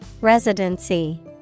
Residency